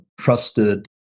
trusted